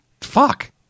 Fuck